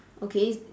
okay